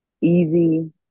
easy